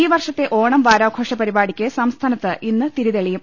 ഈ വർഷത്തെ ഓണം വാരാഘോഷ പരിപാടിക്ക് സംസ്ഥാനത്ത് ഇന്ന് തിരിതെളിയും